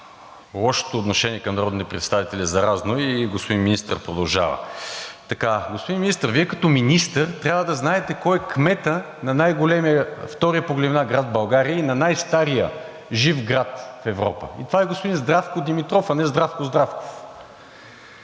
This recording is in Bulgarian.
лошото отношение към народните представители е заразно и господин министърът продължава. Така, господин Министър, Вие като министър трябва да знаете кой е кметът на втория по големина град в България и на най-стария жив град в Европа. Това е господин Здравко Димитров, а не Здравко Здравков.